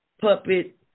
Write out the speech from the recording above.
puppet